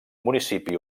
municipi